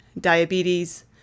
diabetes